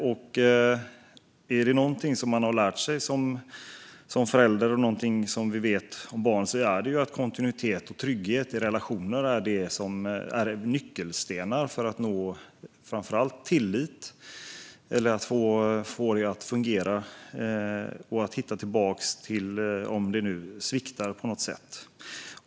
Om det är något man har lärt sig som förälder, och något vi vet om barn, är det att kontinuitet och trygghet i relationer är nyckelord för att nå framför allt tillit, om det skulle svikta på något sätt.